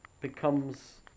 becomes